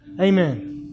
Amen